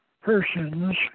persons